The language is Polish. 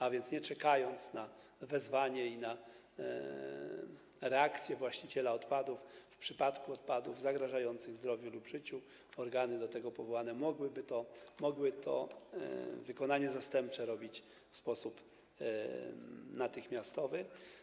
A więc nie czekając na wezwanie i na reakcję właściciela odpadów, w przypadku odpadów zagrażających zdrowiu lub życiu organy do tego powołane mogłyby to wykonanie zastępcze realizować w sposób natychmiastowy.